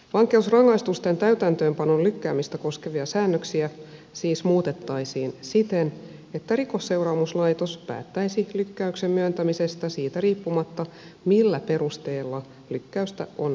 vankeusrangaistusten täytäntöönpanon lykkäämistä koskevia säännöksiä siis muutettaisiin siten että rikosseuraamuslaitos päättäisi lyk käyksen myöntämisestä siitä riippumatta millä perusteella lykkäystä on anottu